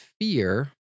fear